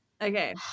Okay